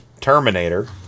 Terminator